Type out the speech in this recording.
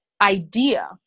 idea